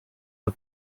her